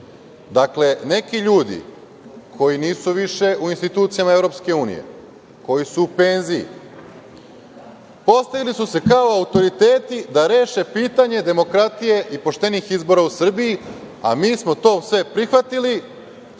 Dakle, neki ljudi, koji nisu više u institucijama Evropske unije, koji su u penziji, postavili su se kao autoriteti da reše pitanje demokratije i poštenih izbora u Srbiji, a mi smo to sve prihvatili